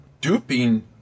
duping